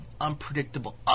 unpredictable